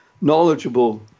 knowledgeable